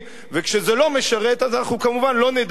וכשזה לא משרת אנחנו כמובן לא נדבר,